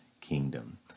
kingdom